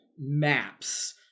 maps